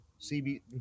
cb